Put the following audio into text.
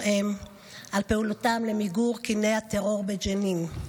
הם על פעולתם למיגור קיני הטרור בג'נין.